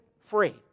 free